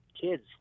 kids